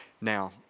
Now